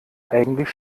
eigentlich